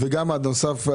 והדבר הנוסף,